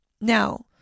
Now